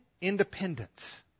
independence